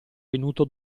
venuto